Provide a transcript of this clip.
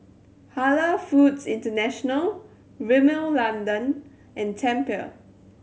Halal Foods International Rimmel London and Tempur